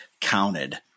counted